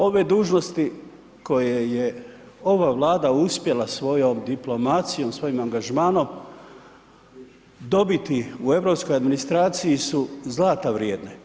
Ove dužnosti koje je ova Vlada uspjela svojom diplomacijom, svojim angažmanom dobiti u europskoj administraciji su zlata vrijedne.